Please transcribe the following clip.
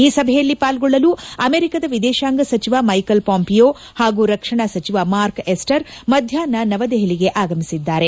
ಈ ಸಭೆಯಲ್ಲಿ ಪಾಲ್ಗೊಳ್ಳಲು ಅಮೆರಿಕದ ವಿದೇಶಾಂಗ ಸಚಿವ ಮೈಕಲ್ ಪಾಂಪಿಯೊ ಹಾಗೂ ರಕ್ಷಣಾ ಸಚಿವ ಮಾರ್ಕ್ ಎಸ್ಪರ್ ಮಧ್ವಾಷ್ನ ನವದೆಹಲಿಗೆ ಆಗಮಿಸಿದ್ದಾರೆ